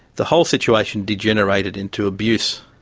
the whole situation degenerated into abuse,